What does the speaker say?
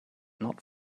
not